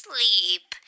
Sleep